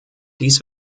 dies